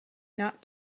not